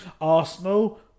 Arsenal